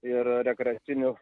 ir rekreacinių